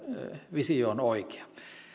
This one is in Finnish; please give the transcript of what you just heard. visio on oikea